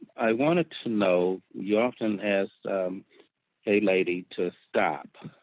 i wanted to know you often ask a lady to stop.